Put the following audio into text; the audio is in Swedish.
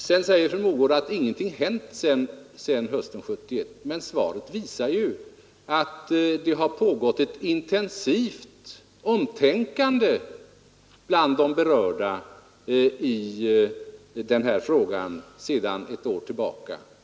Sedan sade fru Mogård att ingenting har hänt efter hösten 1971, men det framgår ju av interpellationssvaret att det sedan ett år tillbaka har pågått ett intensivt omtänkande i denna fråga bland de berörda.